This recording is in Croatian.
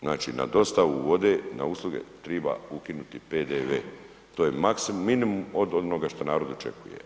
Znači na dostavu vode, na usluge treba ukinuti PDV-e to je minimum od onoga što narod očekuje.